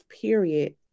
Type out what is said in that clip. period